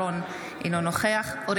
אינו נוכח אביחי אברהם בוארון,